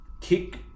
kick